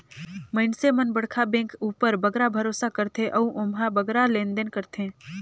मइनसे मन बड़खा बेंक उपर बगरा भरोसा करथे अउ ओम्हां बगरा लेन देन करथें